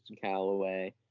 Callaway